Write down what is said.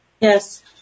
Yes